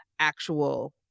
actual